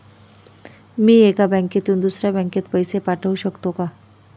मी एका बँकेतून दुसऱ्या बँकेत पैसे पाठवू शकतो का?